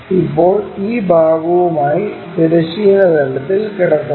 ഇപ്പോൾ ഈ ഭാഗവുമായി തിരശ്ചീന തലത്തിൽ കിടക്കുന്നു